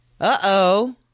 Uh-oh